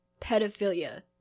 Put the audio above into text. pedophilia